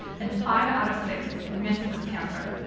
and five out of six missed this cancer.